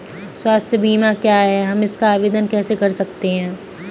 स्वास्थ्य बीमा क्या है हम इसका आवेदन कैसे कर सकते हैं?